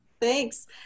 Thanks